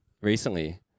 Recently